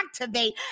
activate